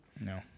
no